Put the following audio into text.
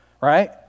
Right